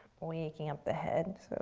waking up the head.